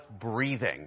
breathing